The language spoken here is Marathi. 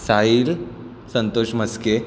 साहिल संतोष म्हस्के